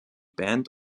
band